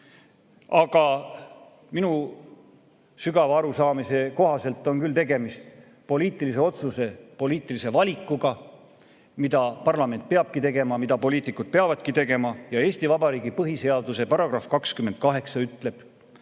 Aga minu sügava arusaamise kohaselt on küll tegemist poliitilise otsuse, poliitilise valikuga, mida parlament peabki tegema, mida poliitikud peavadki tegema. Eesti Vabariigi põhiseaduse § 28 ütleb: